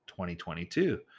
2022